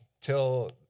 till